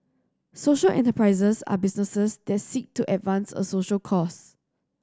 social enterprises are businesses that seek to advance a social cause